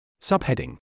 Subheading